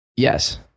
Yes